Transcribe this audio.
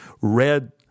red